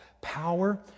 Power